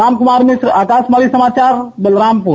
रामकुमार मिश्र आकाशवाणी समाचार बलरामपुर